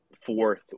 fourth